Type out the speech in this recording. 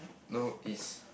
no it's